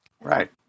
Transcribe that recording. right